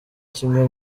kimwe